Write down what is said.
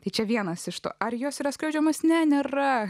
tai čia vienas iš to ar jos yra skriaudžiamas ne nėra